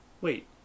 wait